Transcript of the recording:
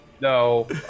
No